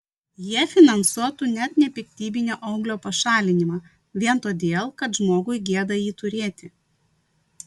jie finansuotų net nepiktybinio auglio pašalinimą vien todėl kad žmogui gėda jį turėti